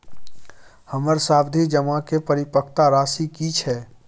हमर सावधि जमा के परिपक्वता राशि की छै?